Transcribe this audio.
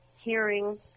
hearing